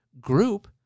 group